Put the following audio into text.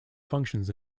functions